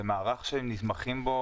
זה מערך שנתמכים בו